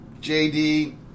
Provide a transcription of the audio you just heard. JD